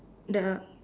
the